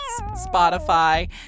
Spotify